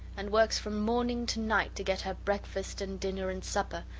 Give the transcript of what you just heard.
and works from morning to night to get her breakfast and dinner and supper,